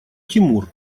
тимур